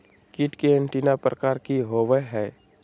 कीट के एंटीना प्रकार कि होवय हैय?